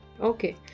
okay